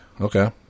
Okay